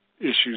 issues